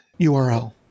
url